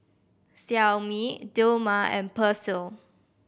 Xiaomi Dilmah and Persil